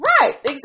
Right